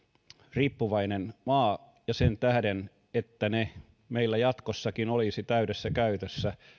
riippuvainen maa ja sen tähden että ne meillä jatkossakin olisivat täydessä käytössä